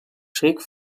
schrik